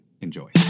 Enjoy